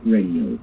Radio